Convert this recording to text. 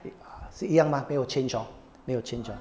a'ah 一样吗没有 change hor 没有 change hor